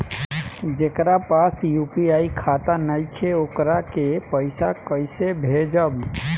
जेकरा पास यू.पी.आई खाता नाईखे वोकरा के पईसा कईसे भेजब?